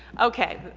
okay